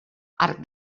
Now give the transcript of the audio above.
arc